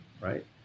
right